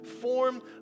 form